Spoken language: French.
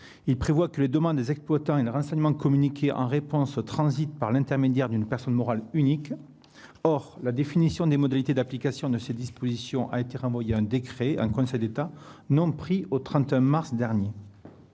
ailleurs que les demandes des exploitants et les renseignements communiqués en réponse transitent par l'intermédiaire d'une personne morale unique. Or la définition des modalités d'application de ces dispositions a été renvoyée à un décret en Conseil d'État, non pris au 31 mars dernier.